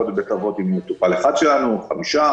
יכול להיות בית אבות עם מטופל אחד שלנו או חמישה,